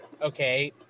okay